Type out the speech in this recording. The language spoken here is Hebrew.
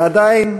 ועדיין,